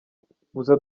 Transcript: gusa